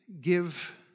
give